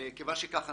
כיוון שכך,